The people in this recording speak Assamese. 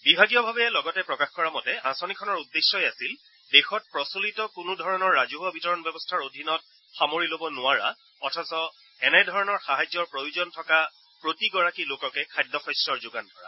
বিভাগীয়ভাৱে লগতে প্ৰকাশ কৰা মতে এই আঁচনিখনৰ উদ্দেশ্যই আছিল দেশত প্ৰচলিত কোনো ধৰণৰ ৰাজহুৱা বিতৰণ ব্যৱস্থাৰ অধীনত সামৰি ল'ব নোৱাৰা অথচ এনে ধৰণৰ সাহায্যৰ প্ৰয়োজন থকা প্ৰতিগৰাকী লোককে খাদ্যশস্যৰ যোগান ধৰা